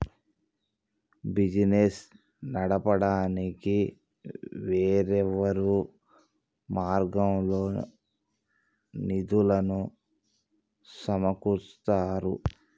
business నడపడానికి వేర్వేరు మార్గాల్లో నిధులను సమకూరుత్తారు